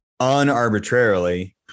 unarbitrarily